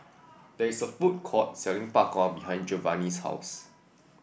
there is a food court selling Bak Kwa behind Giovani's house